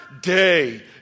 day